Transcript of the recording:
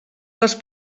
les